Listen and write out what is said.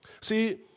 See